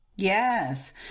Yes